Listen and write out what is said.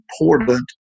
important